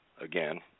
again